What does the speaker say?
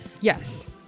Yes